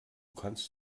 kannst